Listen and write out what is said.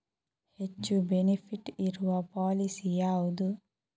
ಹೆಚ್ಚು ಬೆನಿಫಿಟ್ ಇರುವ ಪಾಲಿಸಿ ಯಾವುದು?